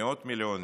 מאות מיליונים?